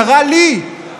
קרא לי,